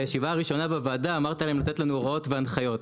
בישיבה הראשונה של הוועדה אמרת לרשות התחרות לתת לנו הוראות והנחיות,